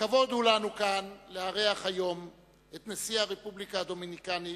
כבוד הוא לנו כאן לארח היום את נשיא הרפובליקה הדומיניקנית,